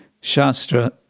Shastra